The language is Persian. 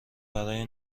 برای